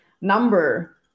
number